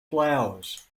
flowers